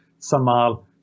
Samal